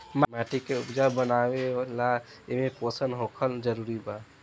माटी के उपजाऊ बनावे ला एमे पोषण होखल जरूरी बा